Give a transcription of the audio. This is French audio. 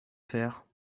faire